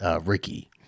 Ricky